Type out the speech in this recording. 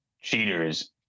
cheaters